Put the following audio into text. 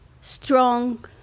strong